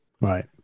Right